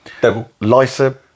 Lysa